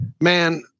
man